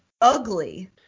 ugly